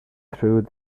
through